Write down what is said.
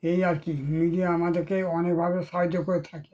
এই আর কি মিডিয়া আমাদেরকে অনেকভাবে সাহায্য করে থাকে